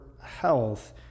health